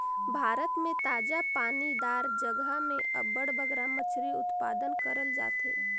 भारत में ताजा पानी दार जगहा में अब्बड़ बगरा मछरी उत्पादन करल जाथे